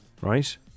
Right